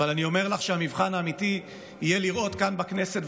אבל אני אומר לך שהמבחן האמיתי יהיה לראות כאן בכנסת,